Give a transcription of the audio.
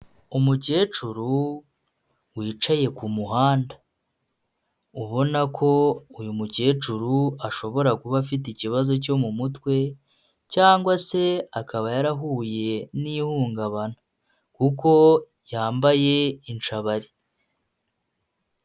Umukecuru wicaye ku muhanda, ubona ko uyu mukecuru ashobora kuba afite ikibazo cyo mu mutwe cyangwa se akaba yarahuye n'ihungabana, kuko yambaye inshabari.